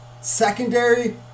secondary